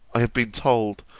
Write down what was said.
i have been told,